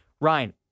Ryan